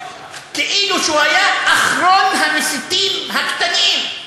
כאילו שהוא היה אחרון המסיתים הקטנים,